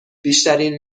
بیشترین